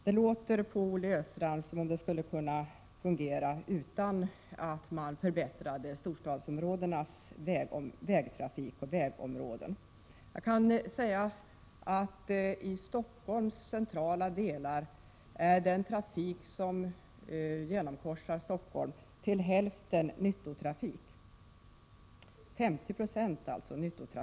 På Olle Östrand låter det som om man skulle kunna förbättra utvecklingen utan att man förbättrade storstadsområdenas vägtrafik. Jag kan nämna att i Stockholms centrala delar är den trafik som genomkorsar staden till hälften nyttotrafik — alltså 50 96.